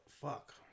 Fuck